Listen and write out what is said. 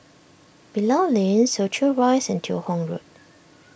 Bilal Lane Soo Chow Rise and Teo Hong Road